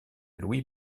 louis